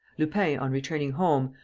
lupin, on returning home,